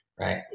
Right